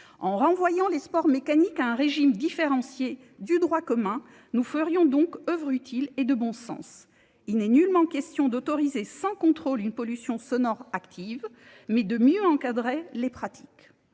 En renvoyant les sports mécaniques à un régime différencié du droit commun, nous ferions donc œuvre utile et de bon sens. Il n'est nullement question d'autoriser sans contrôle une pollution sonore active, mais de mieux encadrer les pratiques.